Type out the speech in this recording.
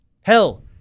Hell